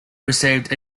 received